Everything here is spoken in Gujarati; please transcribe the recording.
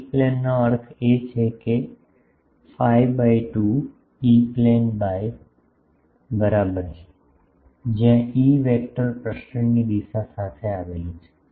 ઇ પ્લેનનો અર્થ એ છે કે phi by 2 E plane by બરાબર છે જ્યાં ઇ વેક્ટર પ્રસરણની દિશા સાથે આવેલું છે